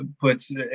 puts